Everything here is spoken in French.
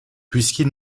puisqu’il